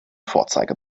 vorzeige